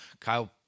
Kyle